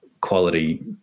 quality